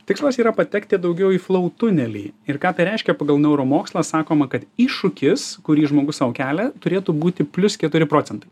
tikslas yra patekti daugiau į flau tunelį ir ką tai reiškia pagal neuromokslą sakoma kad iššūkis kurį žmogus sau kelia turėtų būti plius keturi procentai